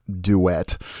duet